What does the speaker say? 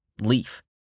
leaf